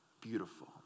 beautiful